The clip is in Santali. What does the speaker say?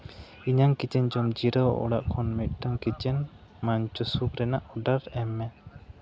ᱤᱧᱟᱹᱝ ᱠᱤᱪᱮᱱ ᱡᱚᱢ ᱡᱤᱨᱟᱹᱣ ᱚᱲᱟᱜ ᱠᱷᱚᱱ ᱢᱤᱫᱴᱟᱝ ᱠᱤᱪᱮᱱ ᱢᱟᱧᱪᱳ ᱥᱩᱯ ᱨᱮᱱᱟᱜ ᱚᱰᱟᱨ ᱮᱢ ᱢᱮ